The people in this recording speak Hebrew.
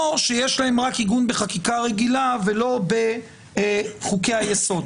או שיש להן רק עיגון בחקיקה רגילה ולא בחוקי היסוד,